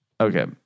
Okay